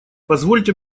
позвольте